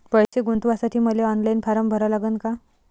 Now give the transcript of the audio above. पैसे गुंतवासाठी मले ऑनलाईन फारम भरा लागन का?